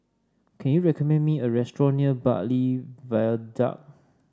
can you recommend me a restaurant near Bartley Viaduct